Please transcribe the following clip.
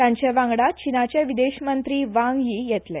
तांचे वांगडा चिनाचे विदेश मंत्री वांगयी येतले